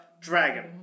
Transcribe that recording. dragon